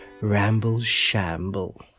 ramble-shamble